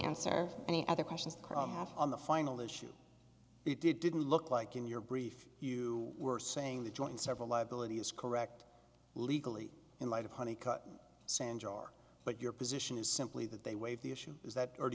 answer any other questions on the final issue you didn't look like in your brief you were saying the joint several liability is correct legally in light of honey but your position is simply that they waive the issue is that or do